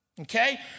Okay